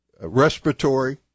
respiratory